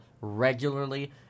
regularly